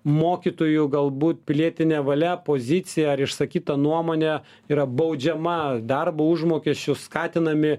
mokytojų galbūt pilietinė valia pozicija ar išsakyta nuomonė yra baudžiama darbo užmokesčiu skatinami